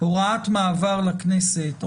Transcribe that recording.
הוראת מעבר לכנסת,